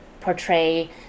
portray